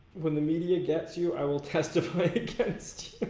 when the media gets you i will testify against